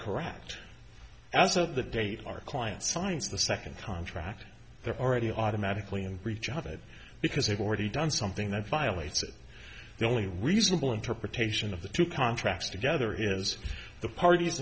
correct as of the day our client signs the second contract they're already automatically in breach of it because they've already done something that violates it the only reasonable interpretation of the two contracts together is the parties